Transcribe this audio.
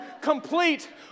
complete